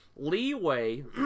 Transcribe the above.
leeway